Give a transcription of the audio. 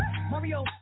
Mario